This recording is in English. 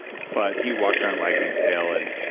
but he walks around wagging his tail, and.